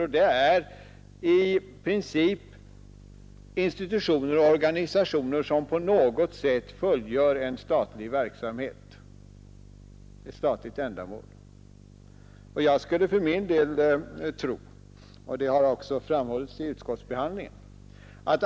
Tjänstebrevsrätt bör i princip tilldelas endast institutioner och organisationer som på något sätt fullgör en statlig verksamhet eller ett statligt ändamål.